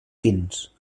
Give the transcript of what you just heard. fins